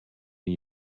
new